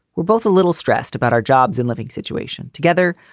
we're both a little stressed about our jobs and living situation together.